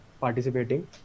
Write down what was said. participating